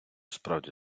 справді